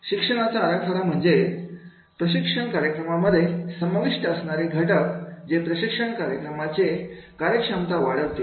शिक्षणाचा आराखडा म्हणजे प्रशिक्षण कार्यक्रमामध्ये समाविष्ट असणारे घटक जे प्रशिक्षण कार्यक्रमाचे कार्यक्षमता वाढवतील